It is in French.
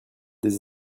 des